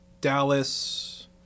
Dallas